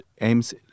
aims